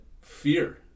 fear